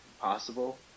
possible